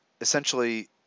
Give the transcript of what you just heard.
essentially